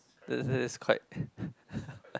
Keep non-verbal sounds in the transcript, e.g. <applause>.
it's quite <breath>